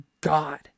God